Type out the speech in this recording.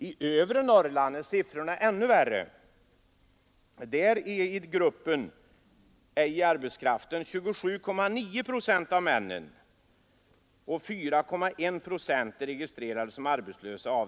I övre Norrland är siffrorna ännu värre: där är i gruppen ej i arbetskraften 27,9 procent av männen, och 4,1 procent av dessa är registrerade som arbetslösa.